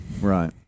Right